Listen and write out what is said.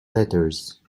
letters